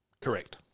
Correct